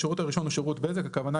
השירות הראשון הוא שירות בזק,